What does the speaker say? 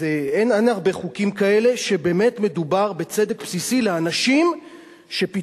אין הרבה חוקים כאלה שבאמת מדובר בהם בצדק בסיסי לאנשים שפתאום,